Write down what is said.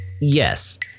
Yes